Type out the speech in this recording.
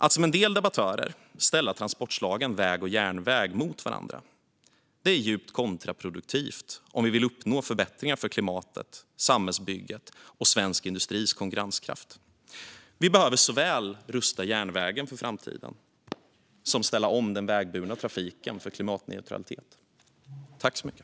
Att som en del debattörer ställa transportslagen väg och järnväg mot varandra är djupt kontraproduktivt om vi vill uppnå förbättringar för klimatet, samhällsbygget och svensk industris konkurrenskraft. Vi behöver såväl rusta järnvägen för framtiden som ställa om den vägburna trafiken till klimatneutralitet.